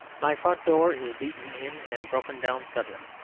my front-door is beaten in and broken down suddenly.